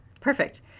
Perfect